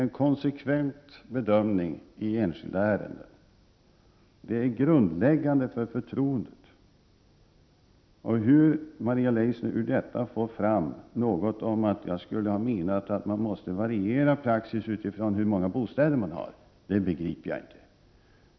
En konsekvent bedömning i enskilda ärenden är grundläggande för förtroendet för oss i dessa frågor. Hur Maria Leissner ändå kan tolka mig på det sättet att jag menar att vi måste variera praxis efter det antal bostäder som finns i de olika kommunerna begriper jag inte.